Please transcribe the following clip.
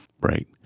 Right